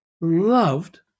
loved